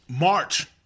March